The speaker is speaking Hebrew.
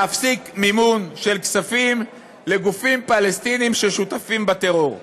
להפסיק מימון של כספים לגופים פלסטיניים ששותפים בטרור.